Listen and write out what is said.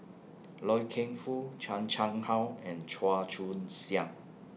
Loy Keng Foo Chan Chang How and Chua Joon Siang